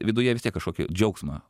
viduje vis tiek kažkokį džiaugsmą